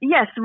Yes